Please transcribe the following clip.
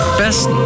best